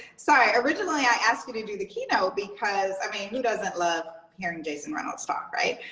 sorry. originally i asked you to do the keynote. because i mean who doesn't love hearing jason reynolds talk right?